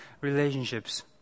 relationships